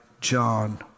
John